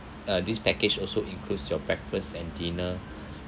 uh this package also includes your breakfast and dinner